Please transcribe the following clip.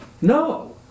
No